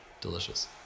Delicious